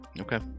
Okay